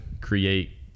create